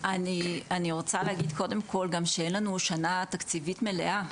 אני רוצה להגיד קודם כל גם שאין לנו שנה תקציבית מלאה.